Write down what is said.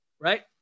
right